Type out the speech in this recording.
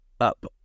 up